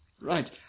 Right